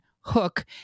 Hook